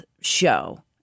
show